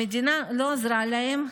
המדינה לא עזרה להם,